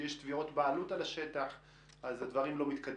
שכשיש תביעות בעלות על השטח אז הדברים לא מתקדמים.